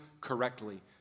correctly